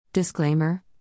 Disclaimer